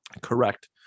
correct